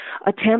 attempt